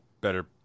better